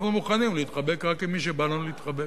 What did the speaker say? אנחנו מוכנים להתחבק רק עם מי שבא לנו להתחבק,